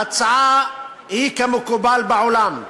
ההצעה היא, שכמקובל בעולם,